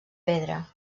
pedra